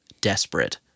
desperate